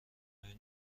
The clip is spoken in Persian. نور